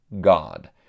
God